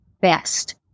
best